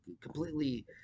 completely